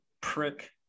prick